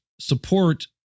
support